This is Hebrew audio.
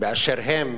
באשר הם,